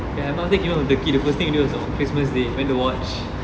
and thinking about turkey the first thing we do is on christmas day we went to watch